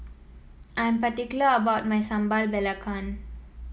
I'm particular about my Sambal Belacan